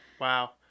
wow